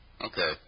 Okay